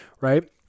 right